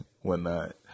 whatnot